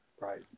right